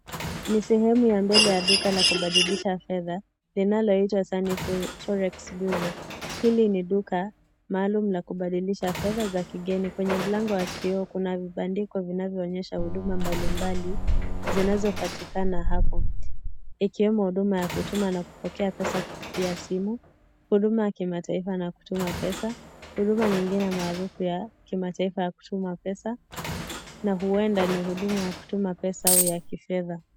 Ni sehemu ya mbele ya duka la kubadlisha fedha, linaloitwa Sunny Forex Bureau . Hili ni duka, maalum la kubadilisha fedha za kigeni. Kwenye mlango wa kioo kuna vibandiko vinavyoonyesha huduma mbalimbali zinazopatikana hapo , ikiwemo huduma ya kutuma na kupokea pesa kupitia simu, huduma ya kimataifa na kutuma pesa, huduma nyingine maarufu ya kimataifa ya kutuma pesa na huenda ni huduma ya kutuma pesa au ya kifedha.